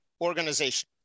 organization